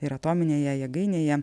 ir atominėje jėgainėje